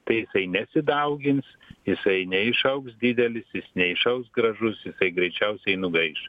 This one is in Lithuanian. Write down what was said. tai jisai nesidaugins jisai neišaugs didelis jis neiššaus gražus jisai greičiausiai nugaiš